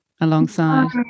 alongside